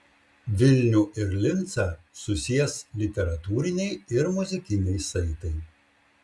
vilnių ir lincą susies literatūriniai ir muzikiniai saitai